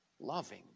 loving